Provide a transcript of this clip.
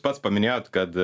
pats paminėjot kad